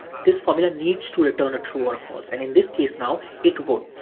this formula needs to return a true or false, and in this case, now it works.